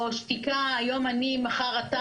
או שתיקה היום אני מחר אתה,